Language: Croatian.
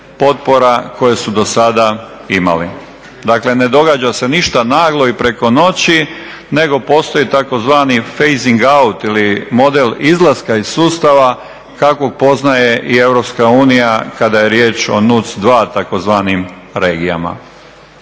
potpora koje su do sada imali. Dakle ne događa se ništa naglo i preko noći nego postoji tzv. … out ili model izlaska iz sustava kakvog poznaje i Europska unija kad je riječ o NUTS2 tzv. regijama.